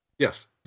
Yes